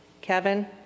Kevin